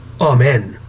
Amen